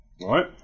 Right